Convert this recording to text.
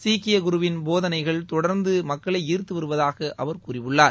சீக்கிய குருவின் போதனைகள் தொடர்ந்து மக்களை ஈர்த்து வருவதாக அவர் கூறியுள்ளார்